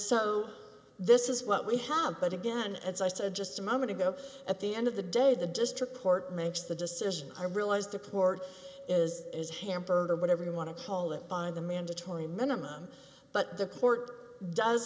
so this is what we have but again as i said just a moment ago at the end of the day the district court makes the decision i realize the court is is hampered or whatever you want to call it by the mandatory minimum but the court does